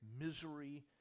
misery